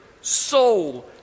soul